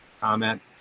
comment